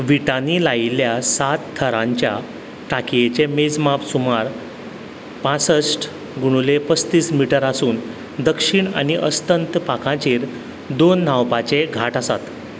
विटांनी लायिल्ल्या सात थरांच्या टांकयेचे मेजमाप सुमार पासस्ट गुणूले पसत्तीस मीटर आसून दक्षिण आनी अस्तंत पांखांचेर दोन न्हावपाचे घाट आसात